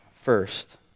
first